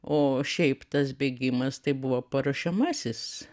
o šiaip tas bėgimas tai buvo paruošiamasis